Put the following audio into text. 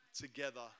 together